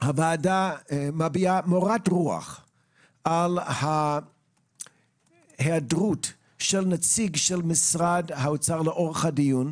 הוועדה מביעה מורת רוח על היעדרות של נציג משרד האוצר לאורך הדיון,